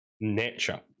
nature